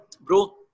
bro